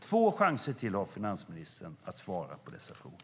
Två chanser till har finansministern att svara på dessa frågor.